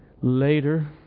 later